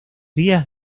días